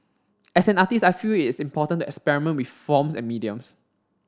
as an artist I feel it is important to experiment with forms and mediums